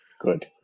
good